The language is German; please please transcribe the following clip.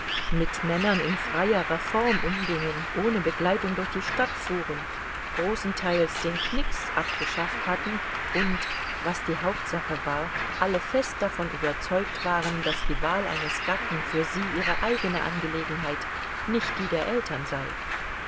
mit männern in freierer form umgingen ohne begleitung durch die stadt fuhren großenteils den knicks abgeschafft hatten und was die hauptsache war alle fest davon überzeugt waren daß die wahl eines gatten für sie ihre eigene angelegenheit nicht die der eltern sei